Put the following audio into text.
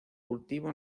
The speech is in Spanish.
cultivo